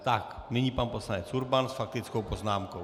Tak, nyní pan poslanec Urban s faktickou poznámkou.